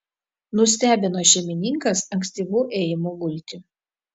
nustebino šeimininkas ankstyvu ėjimu gulti